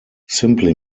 simply